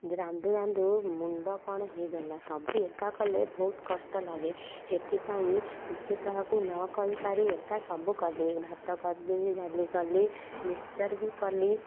ରାନ୍ଧୁ ରାନ୍ଧୁ ମୁଣ୍ଡ କ'ଣ ହେଇଗଲା ସବୁ ଏକା କଲେ ବହୁତ କଷ୍ଟ ଲାଗେ ସେଥିପାଇଁ କିଛି କାହାକୁ ନ କହିପାରି ଏକା ସବୁ କଲି ଭାତ କଲି ଡାଲି କଲି ମିକଶ୍ଚର ଭି କଲି